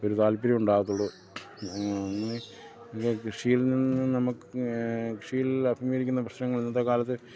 ഒരു താല്പര്യം ഉണ്ടാകത്തുള്ളൂ കൃഷിയിൽ നിന്ന് നമുക്ക് കൃഷിയിൽ അഭിമുഖീകരിക്കുന്ന പ്രശ്നങ്ങൾ ഇന്നത്തെ കാലത്ത്